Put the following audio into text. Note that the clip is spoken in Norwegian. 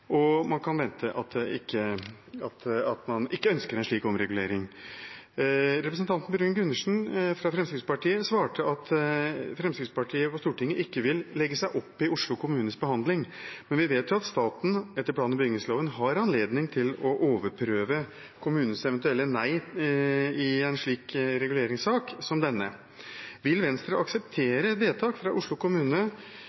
og man kan vente at man ikke ønsker en slik omregulering. Representanten Bruun-Gundersen fra Fremskrittspartiet svarte at Fremskrittspartiet på Stortinget ikke vil legge seg opp i Oslo kommunes behandling, men vi vet jo at staten etter plan- og bygningsloven har anledning til å overprøve kommunens eventuelle nei i en slik reguleringssak som denne. Vil Venstre